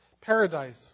Paradise